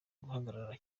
guhagarara